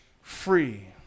free